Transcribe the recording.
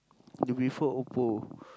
you prefer Oppo